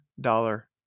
dollar